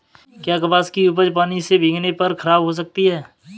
क्या कपास की उपज पानी से भीगने पर खराब हो सकती है?